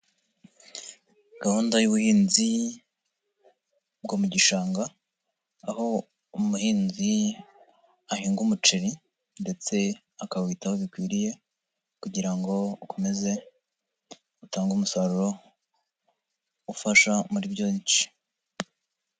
Gahunda y'ubuhinzi bwo mu gishanga aho umuhinzi ahinga umuceri ndetse akawitaho bikwiriye kugira ngo ukomeze utange umusaruro ufasha muri byinshi.